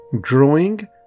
growing